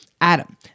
Adam